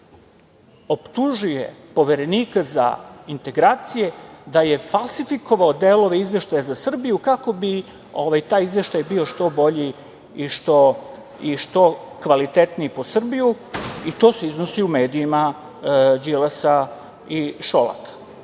optužuje Poverenika za integracije da je falsifikovao delove izveštaja za Srbiju kako bi taj izveštaj bio što bolji i što kvalitetniji po Srbiju, i to se iznosi u medijima Đilasa i Šolaka. Kaže